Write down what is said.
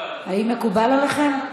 האם מקובל עליכם?